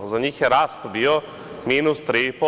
Za njih je rast bio minus 3%